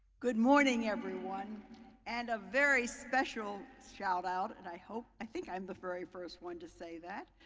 good morning everyone and a very special shoutout and i hope, i think i'm the very first one to say that,